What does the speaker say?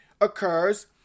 occurs